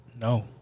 No